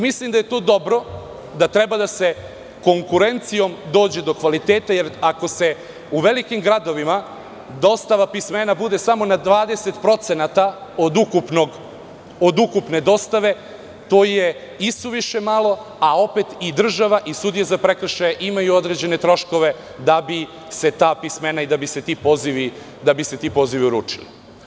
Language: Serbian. Mislim da je to dobro i da treba konkurencijom da se dođe do kvaliteta, jer ako u velikim gradovima dostava pismena bude samo na 20% od ukupne dostave, to je isuviše malo, a opet i država i sudije za prekršaje imaju određene troškove da bi se ta pismena i ti pozivi uručili.